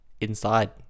inside